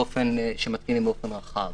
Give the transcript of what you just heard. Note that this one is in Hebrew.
שמתקינים באופן רחב.